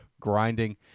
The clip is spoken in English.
grinding